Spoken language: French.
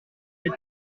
put